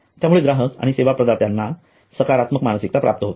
त्यामुळे ग्राहक आणि सेवा प्रदात्यांना सकारात्मक मानसिकता प्राप्त होते